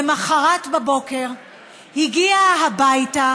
למוחרת בבוקר הגיע הביתה